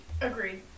Agreed